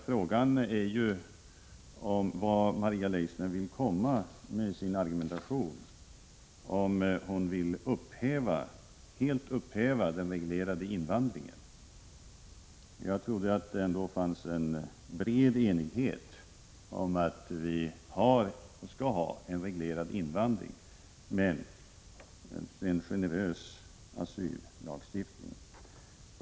Frågan är vart Maria Leissner vill komma med sin argumentation och om hon vill helt upphäva den reglerade invandringen. Jag trodde ändå att det fanns en bred enighet om att vi har och skall ha en reglerad invandring men en generös asyllagstiftning.